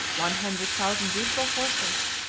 one hundred thousand beautiful horses,